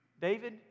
David